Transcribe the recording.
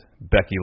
Becky